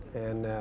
and